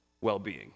well-being